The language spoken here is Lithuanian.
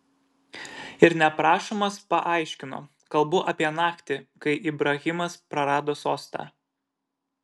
ir neprašomas paaiškino kalbu apie naktį kai ibrahimas prarado sostą